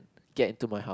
get into my house